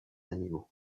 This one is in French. animaux